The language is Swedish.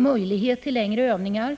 Det skulle innebära